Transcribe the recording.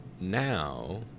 now